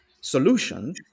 solution